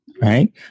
Right